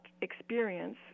experience